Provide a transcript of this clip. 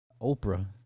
Oprah